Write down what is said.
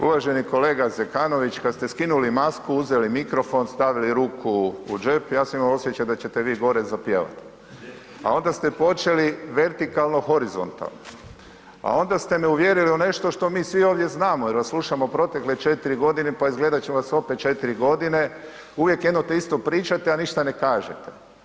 Uvaženi kolega Zekanović, kad ste skinuli masku, uzeli mikrofon, stavili ruku u džep, ja sam imao osjećaj da ćete vi gore zapjevat, a onda ste počeli vertikalno horizontalno, a onda ste me uvjerili u nešto što mi svi ovdje znamo jer vas slušamo protekle 4.g., pa izgleda da ćemo vas opet 4.g., uvijek jedno te isto pričate, a ništa ne kažete.